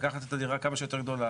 לקחת את הדירה כמה שיותר גדולה,